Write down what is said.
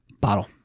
Bottle